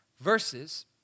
verses